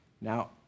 Now